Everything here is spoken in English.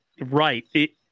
Right